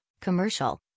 commercial